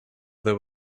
there